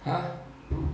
!huh!